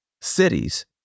cities